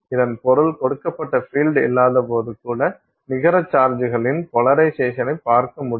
இதன் பொருள் கொடுக்கப்பட்ட பீல்டு இல்லாதபோது கூட நிகர சார்ஜ் கலின் போலரைசேஷனை பார்க்க முடியும்